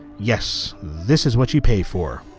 yes, this is what you pay for.